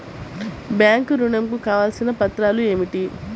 Bank ఋణం కు కావలసిన పత్రాలు ఏమిటి?